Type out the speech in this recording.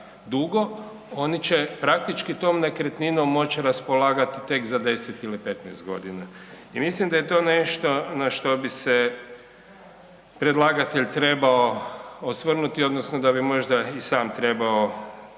dugo, oni će praktički tom nekretninom moći raspolagati tek za deset ili petnaest godina, i mislim da je to nešto na što bi se predlagatelj trebao osvrnuti odnosno da bi možda i sam trebao